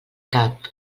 cap